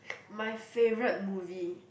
my favourite movie